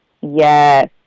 yes